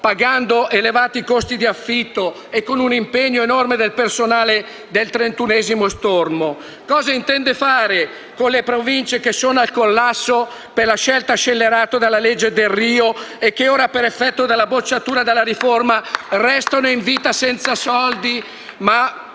pagando elevati costi di affitto e con un impegno enorme del personale del 31° stormo. Cosa intende fare con le Province, che sono al collasso per la scelta scellerata della cosiddetta legge Delrio e che ora, per effetto della bocciatura della riforma, restano in vita senza soldi,